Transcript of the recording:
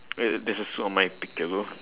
wait there's a suit on my picture though